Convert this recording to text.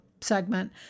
segment